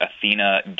Athena